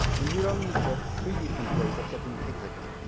and you'll only get three different ways of cutting a hexagon.